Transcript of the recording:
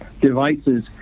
devices